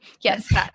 Yes